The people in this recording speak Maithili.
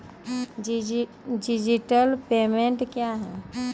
डिजिटल पेमेंट क्या हैं?